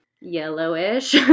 yellowish